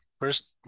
first